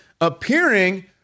appearing